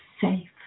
safe